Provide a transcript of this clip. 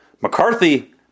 McCarthy